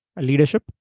Leadership